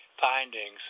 findings